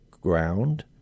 ground